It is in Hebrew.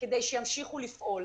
אם מתקיימים לגביו כל אלה: